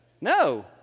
no